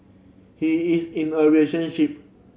he is in a relationship